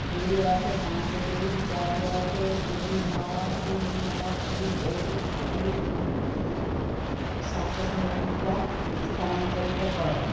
ଦୁଇ ଆଠ ପାଞ୍ଚ ଦୁଇ ଚାରି ଆଠ ଦୁଇ ନଅ ତିନି ନଅ ଦୁଇ ଏକ ଦୁଇକୁ ସାତ ଶହ ଟଙ୍କା ସ୍ଥାନାନ୍ତରିତ କର